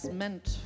meant